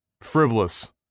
frivolous